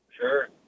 Sure